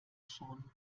schon